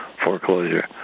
foreclosure